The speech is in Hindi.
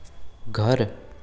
घर